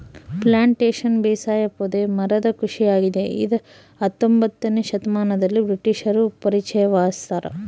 plantation ಬೇಸಾಯ ಪೊದೆ ಮರದ ಕೃಷಿಯಾಗಿದೆ ಇದ ಹತ್ತೊಂಬೊತ್ನೆ ಶತಮಾನದಲ್ಲಿ ಬ್ರಿಟಿಷರು ಪರಿಚಯಿಸ್ಯಾರ